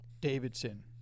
Davidson